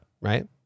right